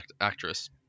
actress